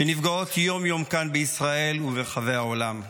שנפגעות יום-יום כאן בישראל וברחבי העולם.